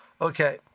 Okay